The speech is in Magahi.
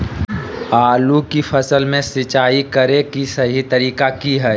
आलू की फसल में सिंचाई करें कि सही तरीका की हय?